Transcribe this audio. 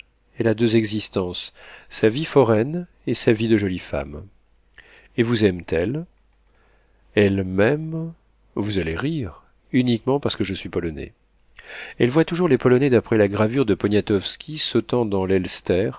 elle a deux existences sa vie foraine et sa vie de jolie femme et vous aime-t-elle elle m'aime vous allez rire uniquement parce que je suis polonais elle voit toujours les polonais d'après la gravure de poniatowski sautant dans